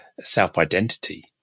self-identity